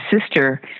sister